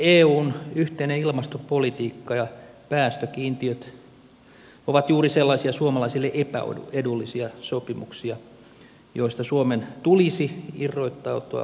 eun yhteinen ilmastopolitiikka ja päästökiintiöt ovat juuri sellaisia suomalaisille epäedullisia sopimuksia joista suomen tulisi irrottautua mahdollisimman pian